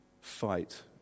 fight